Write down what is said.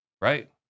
right